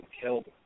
killed